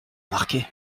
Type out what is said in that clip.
marqués